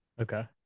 okay